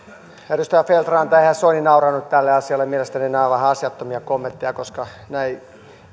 edustaja feld ranta eihän soini nauranut tälle asialle mielestäni nämä ovat vähän asiattomia kommentteja koska ne eivät